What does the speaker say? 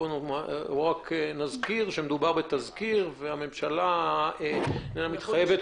נאמר שמדובר בתזכיר והממשלה אינה מתחייבת